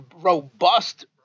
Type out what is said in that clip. robust